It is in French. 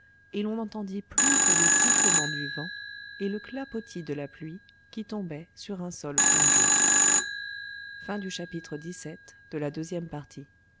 et l'on n'entendit plus que les sifflements du vent et le clapotis de la pluie qui tombait sur un sol fangeux